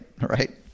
right